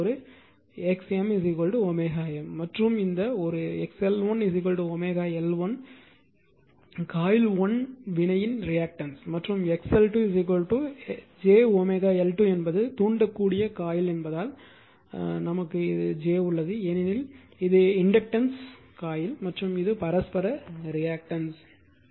இங்கே இது ஒரு XmwM மற்றும் இந்த ஒரு x L1 L1 காயில் 1 வினையின் ரியாக்டன்ஸ் மற்றும் x L2 j L2 என்பது தூண்டக்கூடிய காயில் என்பதால் இது j உள்ளது ஏனெனில் இது இண்டக்டன்ஸ் காயில் மற்றும் இது பரஸ்பர ரியாக்டன்ஸ்